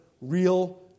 real